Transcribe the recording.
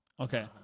Okay